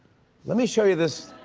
let me show you this.